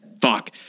fuck